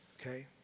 okay